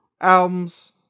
albums